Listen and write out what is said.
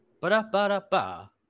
Ba-da-ba-da-ba